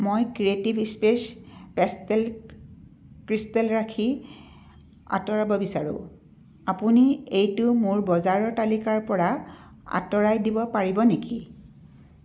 মই creative space pastel crystal ৰাখী আঁতৰাব বিচাৰোঁ আপুনি এইটো মোৰ বজাৰৰ তালিকাৰ পৰা আঁতৰাই দিব পাৰিব নেকি